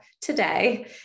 today